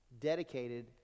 Dedicated